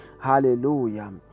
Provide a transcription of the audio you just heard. hallelujah